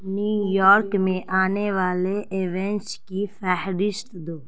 New York میں آنے والے ایونچ کی فہرست دو